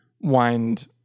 wind